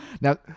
now